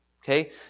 Okay